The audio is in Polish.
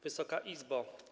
Wysoka Izbo!